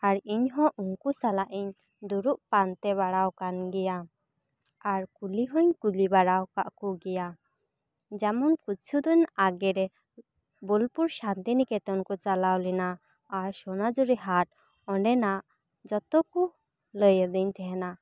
ᱟᱨ ᱤᱧ ᱦᱚᱸ ᱩᱱᱠᱩ ᱥᱟᱞᱟᱜ ᱤᱧ ᱫᱩᱲᱩᱵ ᱯᱟᱱᱛᱮ ᱵᱟᱲᱟ ᱟᱠᱟᱱ ᱜᱮᱭᱟ ᱟᱨ ᱠᱩᱞᱤ ᱦᱚᱧ ᱠᱩᱞᱤ ᱵᱟᱲᱟ ᱟᱠᱟᱫ ᱠᱚᱜᱮᱭᱟ ᱡᱮᱢᱚᱱ ᱠᱤᱪᱷᱩ ᱫᱤᱱ ᱟᱜᱮ ᱨᱮ ᱵᱳᱞᱯᱩᱨ ᱥᱟᱱᱛᱤᱱᱤᱠᱮᱛᱚᱱ ᱠᱚ ᱪᱟᱞᱟᱣ ᱞᱮᱱᱟ ᱟᱨ ᱥᱚᱱᱟ ᱡᱷᱩᱨᱤ ᱦᱟᱴ ᱚᱸᱰᱮᱱᱟᱜ ᱡᱚᱛᱚ ᱠᱚ ᱞᱟᱹᱭ ᱟᱫᱤᱧ ᱛᱟᱦᱮᱱᱟ